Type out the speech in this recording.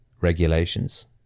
regulations